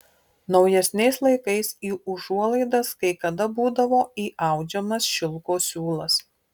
naujesniais laikais į užuolaidas kai kada būdavo įaudžiamas šilko siūlas